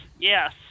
yes